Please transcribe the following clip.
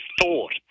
thought